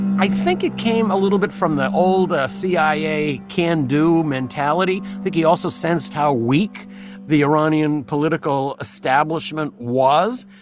i think it came a little bit from the old cia can-do mentality. i think he also sensed how weak the iranian political establishment was.